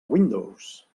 windows